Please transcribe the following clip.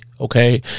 okay